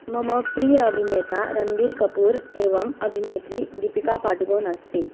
मम प्रिय अभिनेता रन्बीर् कपूर् एवम् अभिनेत्री दीपिका पडुकोन् अस्ति